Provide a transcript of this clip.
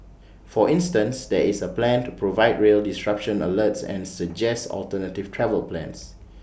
for instance there is A plan to provide rail disruption alerts and suggest alternative travel plans